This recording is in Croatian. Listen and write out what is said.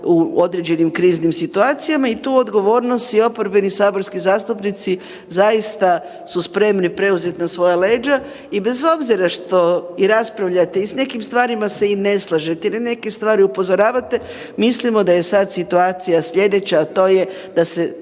u određenim kriznim situacijama i tu odgovornost i oporbeni saborski zastupnici zaista su spremni preuzeti na svoja leđa i bez obzira što i raspravljate i s nekim stvarima se i ne slažete i na neke stvari upozoravate mislimo da je sad situacija slijedeća, a to je da se